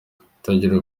itagira